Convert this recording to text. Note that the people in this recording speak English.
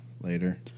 later